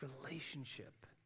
relationship